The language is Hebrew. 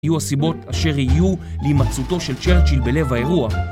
יהיו הסיבות אשר יהיו להימצאותו של צ'רצ'יל בלב האירוע.